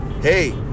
hey